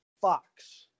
Fox